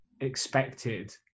expected